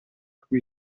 cui